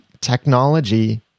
technology